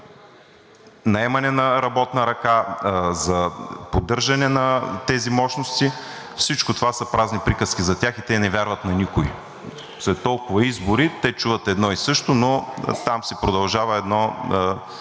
наемане на работна ръка, поддържане на тези мощности, всичко това са празни приказки за тях и те не вярват на никого. След толкова избори те чуват едно и също, но там си продължава едно